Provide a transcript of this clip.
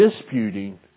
disputing